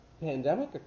pandemic